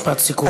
משפט סיכום.